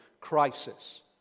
crisis